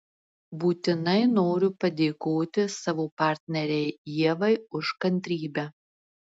būtinai noriu padėkoti savo partnerei ievai už kantrybę